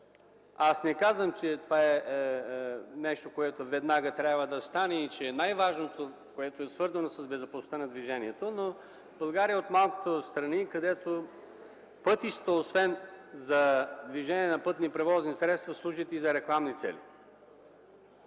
Не казвам, че това е нещо, което веднага трябва да стане и че е най-важното, което е свързано с безопасността на движението. България е от малкото страни, където пътищата, освен за движение на пътни превозни средства, служат и за рекламни цели.